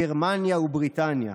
גרמניה ובריטניה.